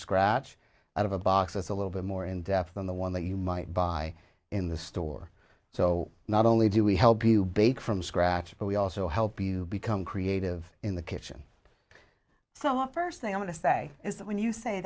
scratch out of a box a little bit more in depth than the one that you might buy in the store so not only do we help you bake from scratch but we also help you become creative in the kitchen so i first thing i want to say is that when you say